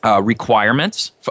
Requirements